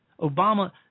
Obama